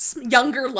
younger